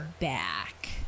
back